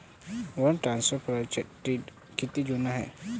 Wire ट्रान्सफरचा trend किती जुना आहे?